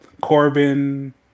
Corbin